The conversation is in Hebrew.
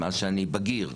מאז שאני בגיר,